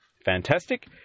fantastic